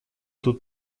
тут